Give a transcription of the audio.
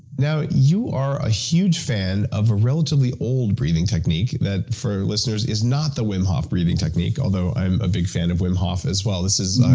now you are a huge fan of a relatively old breathing technique that, for our listeners, is not the wim hof breathing technique, although i am a big fan of wim hof, as well. this is,